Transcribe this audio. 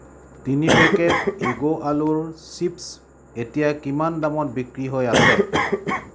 তিনি পেকেট ইগো আলুৰ চিপ্ছ এতিয়া কিমান দামত বিক্ৰী হৈ আছে